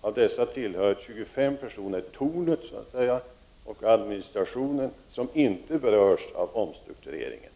Av dessa tillhör 25 personer tornet och administrationen, som inte berörs av omstruktureringen.